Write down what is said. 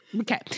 Okay